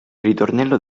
ritornello